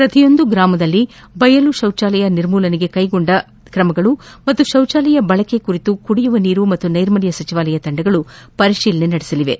ಪ್ರತಿಯೊಂದು ಗ್ರಾಮಗಳಲ್ಲಿ ಬಯಲು ಶೌಚಾಲಯ ನಿರ್ಮೂಲನೆಗೆ ಕೈಗೊಂಡ ಕ್ರಮಗಳು ಪಾಗೂ ಶೌಚಾಲಯ ಬಳಕೆ ಕುರಿತು ಕುಡಿಯುವ ನೀರು ಮತ್ತು ನೈರ್ಮಲ್ಯ ಸಚಿವಾಲಯ ತಂಡಗಳು ಪರಿಶೀಲನೆ ನಡೆಸಲಿವೆ